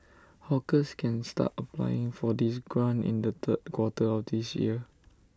hawkers can start applying for this grant in the third quarter of this year